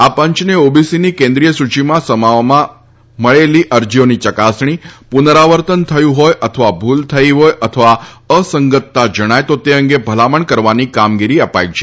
આ પંચને ઓબીસીની કેન્દ્રિય સુચિમાં સમાવવા માટેની મળેલી અરજીઓની યકાસણી પુનરાવર્તન થયું હોય અથવા ભુલ થઇ હોય અથવા અસંગતતા જણાય તો તે અંગે ભલામણ કરવાની કામગીરી અપાઇ છે